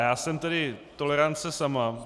Já jsem tedy tolerance sama.